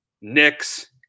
Knicks